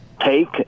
Take